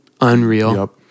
unreal